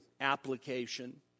application